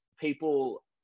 people